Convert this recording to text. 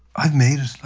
i've made it. like,